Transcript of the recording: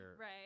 right